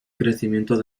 crecimiento